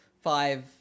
five